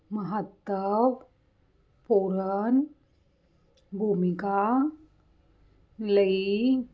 ਮਹੱਤਵ ਪੂਰਨ ਭੂਮਿਕਾ ਲਈ